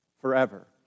forever